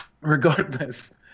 Regardless